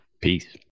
Peace